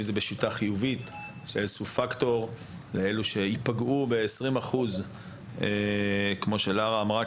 זה בשיטה חיובית שיעשו פקטור לאילו שיפגעו ב-20% כמו שלארה אמרה,